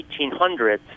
1800s